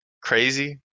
Crazy